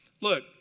Look